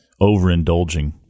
overindulging